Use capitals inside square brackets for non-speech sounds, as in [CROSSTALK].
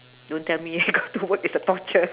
don't tell me [LAUGHS] I got to work is a torture